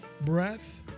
breath